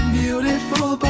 beautiful